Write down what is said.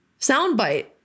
Soundbite